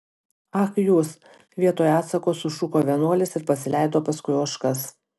ak jūs vietoj atsako sušuko vienuolis ir pasileido paskui ožkas